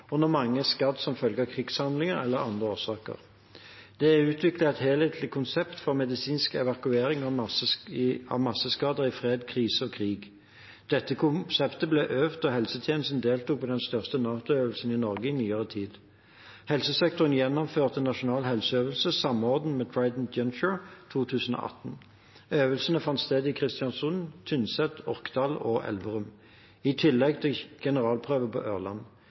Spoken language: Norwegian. og når mange er skadd som følge av krigshandlinger eller av andre årsaker. Det er utviklet et helhetlig konsept for medisinsk evakuering av masseskader i fred, krise og krig. Dette konseptet ble øvd da helsetjenesten deltok på den største NATO-øvelsen i Norge i nyere tid. Helsesektoren gjennomførte Nasjonal helseøvelse, samordnet med Trident Juncture 2018. Øvelsene fant sted i Kristiansund, Tynset, Orkdal og Elverum, i tillegg til generalprøve på Ørland.